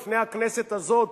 לפני הכנסת הזאת,